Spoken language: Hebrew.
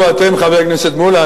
חבר הכנסת מולה,